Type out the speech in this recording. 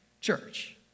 church